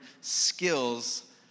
skills